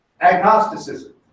agnosticism